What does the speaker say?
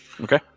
Okay